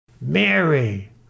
Mary